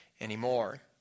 anymore